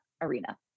arena